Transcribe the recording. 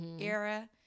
era